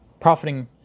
Profiting